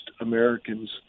Americans